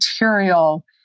material